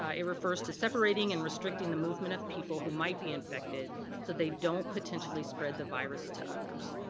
ah it refers to separating and restricting the movement of people who might be infected so they don't potentially spread the virus to others.